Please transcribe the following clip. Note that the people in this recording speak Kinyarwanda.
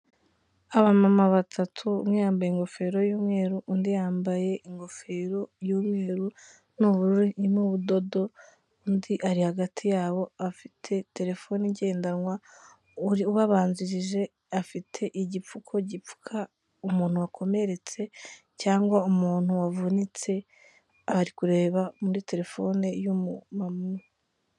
Aba mama batatu, umwe yambaye ingofero y'umweru, undi yambaye ingofero y'umweru n'ubururu irimo ubudodo, undi ari hagati yabo afite telefoni ngendanwa, ubabanzirije afite igipfuko gipfuka umuntu wakomeretse, cyangwa umuntu wavunitse, ari kureba muri telefone y'umu mama umwe.